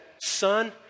son